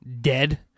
dead